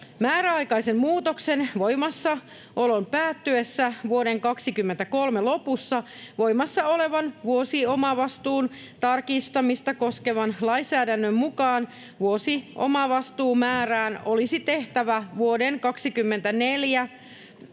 Määräaikaisen muutoksen voimassaolon päättyessä vuoden 23 lopussa voimassa olevan vuosiomavastuun tarkistamista koskevan lainsäädännön mukaan vuosiomavastuun määrään olisi tehtävä vuodelle 24